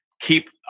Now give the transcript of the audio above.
keep